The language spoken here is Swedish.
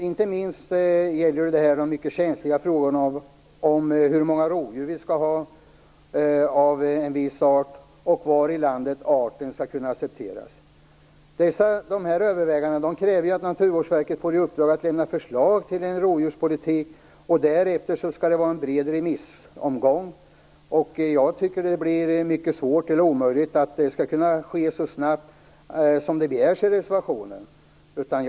Inte minst gäller det här de mycket känsliga frågorna om hur många rovdjur vi skall ha av en viss art och var i landet arten skall kunna accepteras. Dessa överväganden kräver att Naturvårdsverket får i uppdrag att lämna förslag till en rovdjurspolitik, och därefter skall det vara en bred remissomgång. Jag tror att det blir mycket svårt, eller omöjligt, att göra detta så snabbt som det begärs i reservationen.